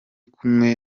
kumwe